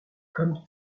comme